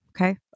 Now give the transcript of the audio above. Okay